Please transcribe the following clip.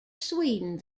sweden